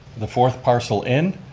the fourth parcel in.